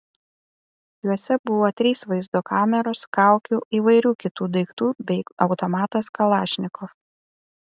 juose buvo trys vaizdo kameros kaukių įvairių kitų daiktų bei automatas kalašnikov